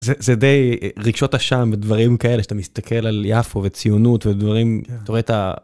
זה די רגשות אשם ודברים כאלה שאתה מסתכל על יפו וציונות ודברים אתה רואה את ה.